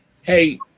Hey